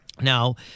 Now